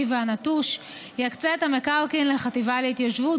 והנטוש יקצה את המקרקעין לחטיבה להתיישבות,